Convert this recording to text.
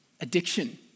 addiction